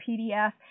PDF